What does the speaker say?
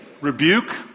rebuke